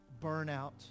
burnout